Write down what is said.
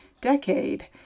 decade